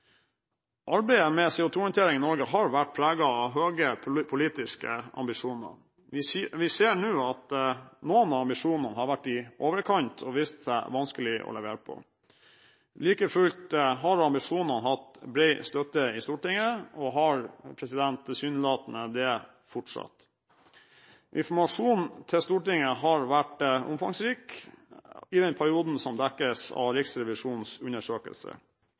Arbeidet med CO2-håndtering i Norge har vært preget av høye politiske ambisjoner. Vi ser nå at noen av ambisjonene har vært i overkant og vist seg vanskelige å levere på. Like fullt har ambisjonene hatt bred støtte i Stortinget og har tilsynelatende det fortsatt. Informasjonen til Stortinget har vært omfangsrik i den perioden som dekkes av Riksrevisjonens undersøkelse.